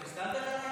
אתה מסתלבט עליי?